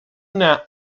una